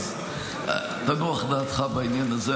אז תנוח דעתך בעניין הזה,